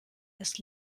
ist